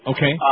Okay